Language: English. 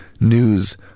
news